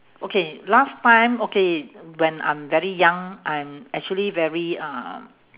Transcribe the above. okay last time okay when I'm very young I'm actually very uh